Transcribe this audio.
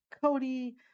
cody